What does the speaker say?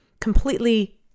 completely